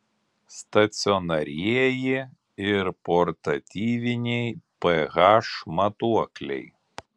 stacionarieji ir portatyviniai ph matuokliai